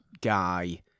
guy